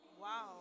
wow